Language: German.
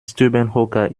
stubenhocker